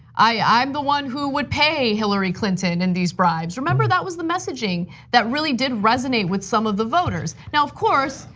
i'm the one who would pay hillary clinton in these bribes. remember, that was the messaging that really did resonate with some of the voters. now of course,